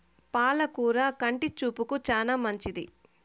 పాల కూర కంటి చూపుకు చానా మంచిది